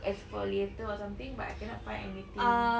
exfoliator or something but I cannot find anything